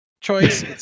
choice